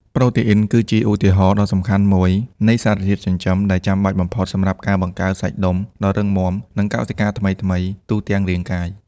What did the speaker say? ប្រូតេអ៊ីន គឺជាឧទាហរណ៍ដ៏សំខាន់មួយនៃសារធាតុចិញ្ចឹមដែលចាំបាច់បំផុតសម្រាប់ការបង្កើត សាច់ដុំ ដ៏រឹងមាំ និង កោសិកាថ្មីៗ ទូទាំងរាងកាយ។